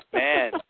man